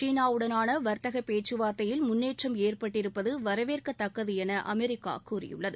சீனாவுடனான வர்த்தக பேச்சுவார்த்தையில் முன்னேற்றம் ஏற்பட்டிருப்பது வரவேற்கதக்கது என அமெரிக்கா கூறியுள்ளது